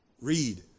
Read